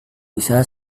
bisa